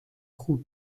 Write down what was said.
خوب